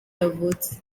yavutse